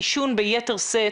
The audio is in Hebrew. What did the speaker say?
העישון ביתר שאת,